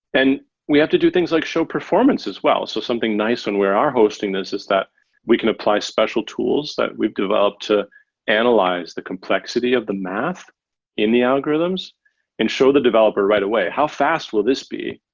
and we have to do things like show performance as well. so something nice and when we are hosting this is that we can apply special tools that we've developed to analyze the complexity of the math in the algorithms and show the developer right away how fast will this be